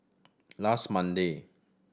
last Monday